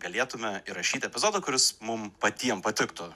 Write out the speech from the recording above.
galėtume įrašyti epizodą kuris mum patiem patiktų